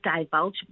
divulge